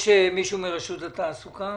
יש מישהו מרשות התעסוקה?